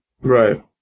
right